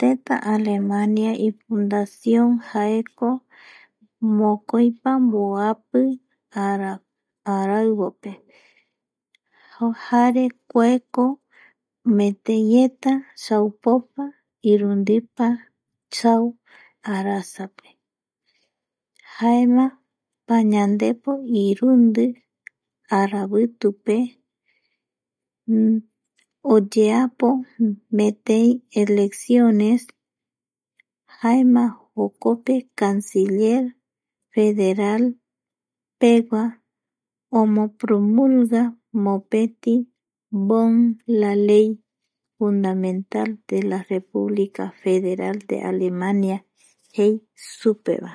Teta Alemania ifundación jaeko mokiopa mboapi ara araivope jare kuako metei eta chaupopa irundipa chau arasa jaema pañandepo irundi aravitupe oyeapo metei elecciones, jaema jokope canciller federal pegua omopromulga mopeto ley fundamental de la república federal de Alemania jei supevae